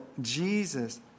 Jesus